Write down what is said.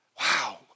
Wow